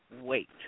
wait